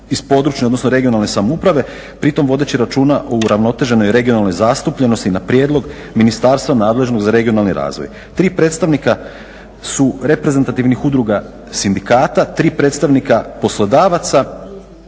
iz područja odnosno regionalne samouprave pri tome vodeći računa o uravnoteženoj zastupljenosti na prijedlog Ministarstva nadležnog za regionalni razvoj. Tri predstavnika su reprezentativnih udruga sindikata, tri predstavnika poslodavaca,